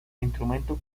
instrumentos